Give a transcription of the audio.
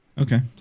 Okay